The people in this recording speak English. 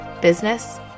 business